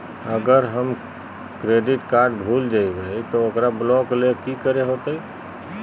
अगर हमर credit card भूल जइबे तो ओकरा ब्लॉक लें कि करे होते?